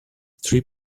three